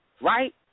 right